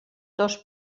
dos